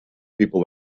people